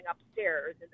upstairs